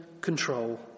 control